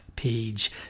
Page